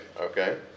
okay